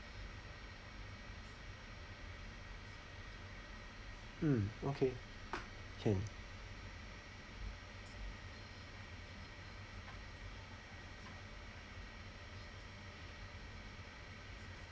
mm okay can